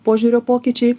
požiūrio pokyčiai